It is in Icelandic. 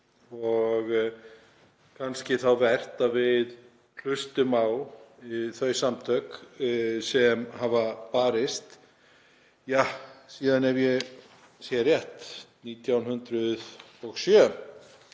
og kannski vert að við hlustum á þau samtök sem hafa barist síðan 1907, ef ég sé rétt, fyrir